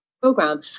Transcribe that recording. program